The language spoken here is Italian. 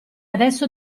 adesso